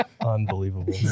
Unbelievable